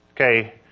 Okay